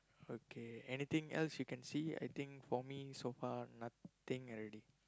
okay anything else you can see I think for me so far nothing already